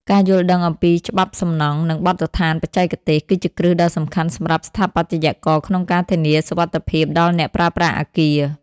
ការយល់ដឹងអំពីច្បាប់សំណង់ និងបទដ្ឋានបច្ចេកទេស ជាគ្រឹះដ៏សំខាន់សម្រាប់ស្ថាបត្យករក្នុងការធានាសុវត្ថិភាពដល់អ្នកប្រើប្រាស់អគារ។